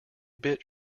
bit